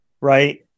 Right